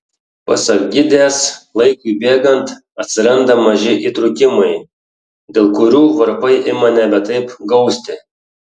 pasak gidės laikui bėgant atsiranda maži įtrūkimai dėl kurių varpai ima nebe taip gausti